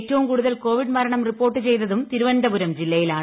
ഏറ്റവും കൂടുതൽ കോവിഡ് മരണം റിപ്പോർട്ട് ചെയ്തതും തിരുവനന്തപുരം ജില്ലയിലാണ്